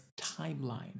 timeline